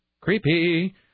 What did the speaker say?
Creepy